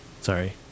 Sorry